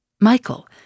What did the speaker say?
Michael